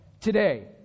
today